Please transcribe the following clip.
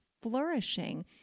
flourishing